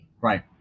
Right